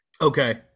okay